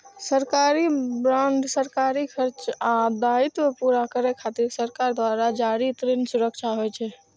सरकारी बांड सरकारी खर्च आ दायित्व पूरा करै खातिर सरकार द्वारा जारी ऋण सुरक्षा होइ छै